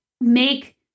make